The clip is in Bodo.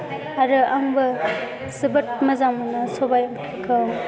आरो आंबो जोबोद मोजां मोनो सबाय ओंख्रिखौ